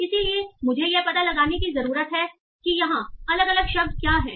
इसलिए मुझे यह पता लगाने की जरूरत है कि यहां अलग अलग शब्द क्या हैं